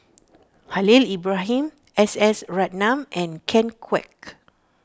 Khalil Ibrahim S S Ratnam and Ken Kwek